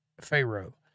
Pharaoh